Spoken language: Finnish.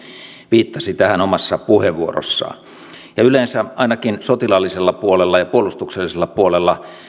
viittasi tähän omassa puheenvuorossaan yleensä ainakin sotilaallisella puolella ja puolustuksellisella puolella